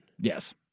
Yes